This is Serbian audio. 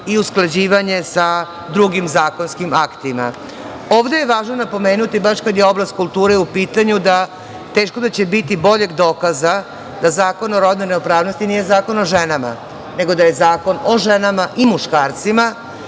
i usklađivanje sa drugim zakonskim aktima. Ovde je važno napomenuti baš kada je oblast kulture u pitanju da teško da će biti boljeg dokaza da Zakon o rodnoj ravnopravnosti nije zakon o ženama, nego da je zakon o ženama i muškarcima